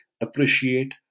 appreciate